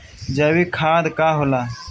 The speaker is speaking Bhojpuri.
जैवीक खाद का होला?